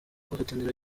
guhatanira